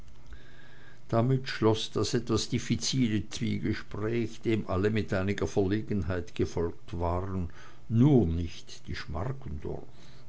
damit schloß das etwas diffizile zwiegespräch dem alle mit einiger verlegenheit gefolgt waren nur nicht die schmargendorf